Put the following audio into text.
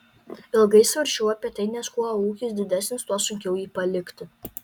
ilgai svarsčiau apie tai nes kuo ūkis didesnis tuo sunkiau jį palikti